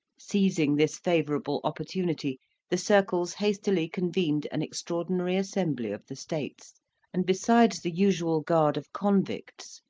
seizing this favourable opportunity the circles hastily convened an extraordinary assembly of the states and besides the usual guard of convicts,